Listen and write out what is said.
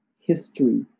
history